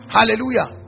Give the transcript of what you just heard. Hallelujah